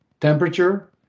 Temperature